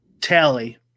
tally